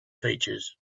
features